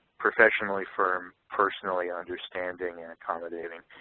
professionally firm, personally understanding and accommodating,